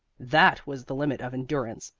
that was the limit of endurance.